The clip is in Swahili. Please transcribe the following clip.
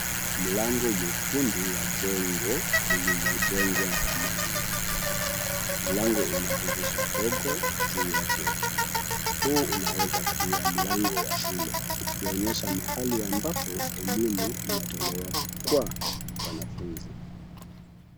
Mlango mwekundu wa jengo lililojengwa na mawe. Mlango una dirisha dogo juu yake. Huu unawezakua mlango wa shule ukionyesha mahali ambapo elimu inatolewa kwa wanafunzi.